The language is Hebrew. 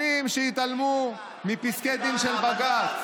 שנים שהתעלמו מפסקי דין של בג"ץ,